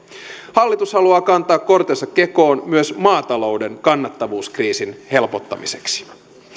hallitus haluaa kantaa kortensa kekoon myös maatalouden kannattavuuskriisin helpottamiseksi